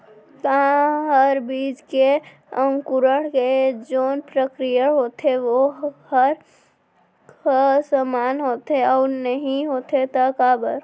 का हर बीज के अंकुरण के जोन प्रक्रिया होथे वोकर ह समान होथे, अऊ नहीं होथे ता काबर?